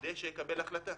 כדי שהוא יקבל החלטה.